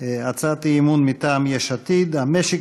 הצעת אי-אמון מטעם יש עתיד בנושא: המשק